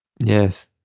Yes